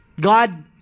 God